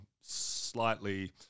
slightly